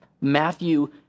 Matthew